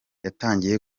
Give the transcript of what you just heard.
yatangiye